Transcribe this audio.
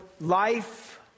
Life